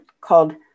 called